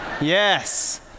Yes